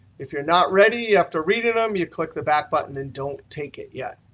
if you're not ready after reading them, you click the back button and don't take it yet.